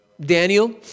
Daniel